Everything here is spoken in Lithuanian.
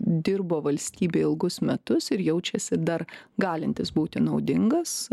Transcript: dirbo valstybėj ilgus metus ir jaučiasi dar galintis būti naudingas